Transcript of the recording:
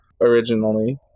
originally